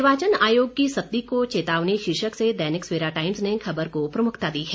निर्वाचन आयोग की सत्ती को चेतावनी शीर्षक से दैनिक सवेरा टाइम्स ने खबर को प्रमुखता दी है